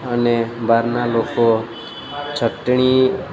અને બહારના લોકો ચટણી